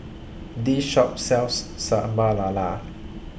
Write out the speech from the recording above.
This Shop sells Sambal Lala